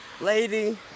lady